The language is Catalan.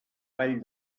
vall